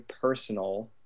personal